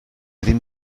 ddim